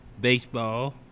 baseball